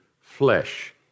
flesh